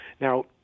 Now